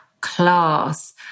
class